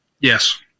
Yes